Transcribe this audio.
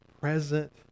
present